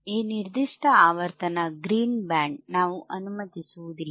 ಈ ನಿರ್ದಿಷ್ಟ ಆವರ್ತನ ಗ್ರೀನ್ ಬ್ಯಾಂಡ್ ನಾವು ಅನುಮತಿಸುವುದಿಲ್ಲ